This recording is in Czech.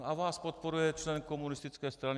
A vás podporuje člen komunistické strany.